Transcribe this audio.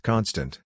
Constant